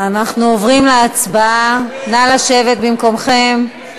אנחנו עוברים להצבעה על הצעת חוק כלי הירייה (תיקון